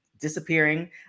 disappearing